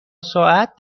ساعت